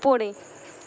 পড়ে